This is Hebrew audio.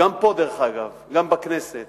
דרך אגב גם פה בכנסת,